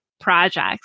projects